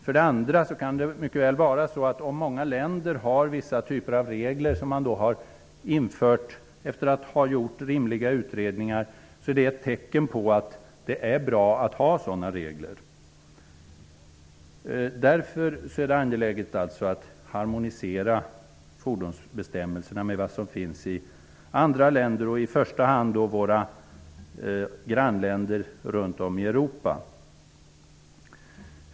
För det andra: Om många länder har vissa typer av regler som har införts efter rimliga utredningar kan det mycket väl vara ett tecken på att reglerna är bra. Därför är det angeläget att harmonisera fordonsbestämmelserna med de bestämmelser som finns i andra länder, i första hand i våra grannländer runt om i Europa.